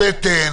(3)באר שבע,